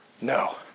No